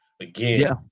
Again